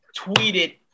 tweeted